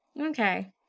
Okay